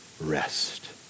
rest